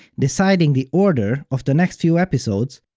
deciding the order of the next few episodes,